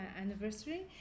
anniversary